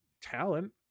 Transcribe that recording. Talent